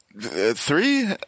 three